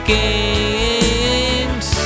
games